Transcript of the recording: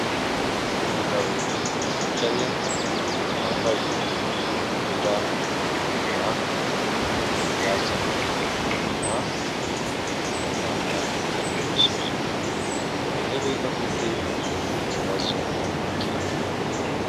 Umugabo wicaye wambaye umupira w'umukara, yasamye umunwa, umuganga ari kumusuzuma ngo arebe ko afite ikibazo cy'amenyo.